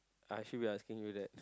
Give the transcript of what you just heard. I feel like asking you that